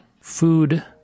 food